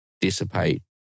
dissipate